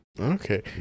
Okay